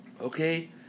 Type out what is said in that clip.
Okay